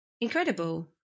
Incredible